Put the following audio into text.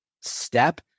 step